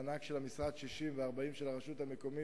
60% מענק של המשרד ו-40% של הרשות המקומית,